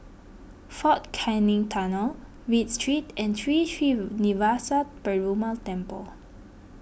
fort Canning Tunnel Read Street and Sri Srinivasa Perumal Temple